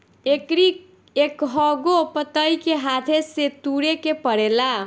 एकरी एकहगो पतइ के हाथे से तुरे के पड़ेला